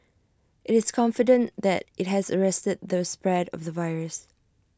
IT is confident that IT has arrested the spread of the virus